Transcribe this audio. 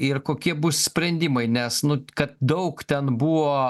ir kokie bus sprendimai nes nu kad daug ten buvo